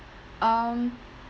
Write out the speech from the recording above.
um